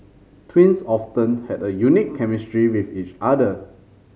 twins often have a unique chemistry with each other